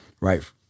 right